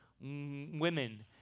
women